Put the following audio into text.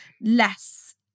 less